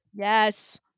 Yes